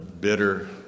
bitter